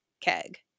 Keg